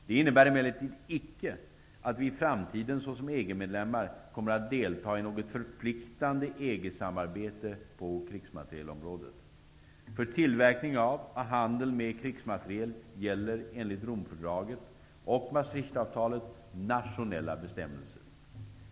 Det innebär emellertid icke att vi i framtiden som EG-medlem kommer att delta i något förpliktande EG samarbete på krigsmaterielområdet. För tillverkning av och handel med krigsmateriel gäller enligt Romfördraget och Maastrichtavtalet nationella bestämmelser.